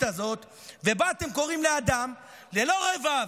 הזאת שבה אתם קוראים לאדם ללא רבב,